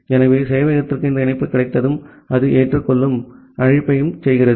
ஆகவே சேவையகத்திற்கு இந்த இணைப்பு கிடைத்ததும் அது ஏற்றுக்கொள்ளும் அழைப்பை செய்கிறது